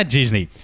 Disney